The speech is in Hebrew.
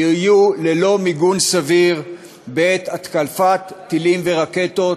יהיו ללא מיגון סביר בעת התקפת טילים ורקטות,